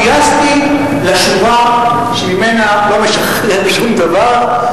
גויסתי לשורה שממנה לא משחרר שום דבר,